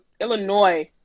Illinois